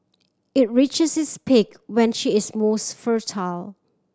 it reaches its peak when she is most fertile